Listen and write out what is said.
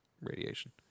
radiation